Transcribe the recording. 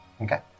Okay